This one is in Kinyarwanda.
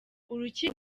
urukiko